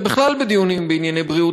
ובכלל בדיונים בענייני בריאות,